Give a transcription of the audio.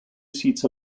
seats